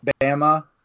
Bama